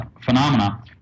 phenomena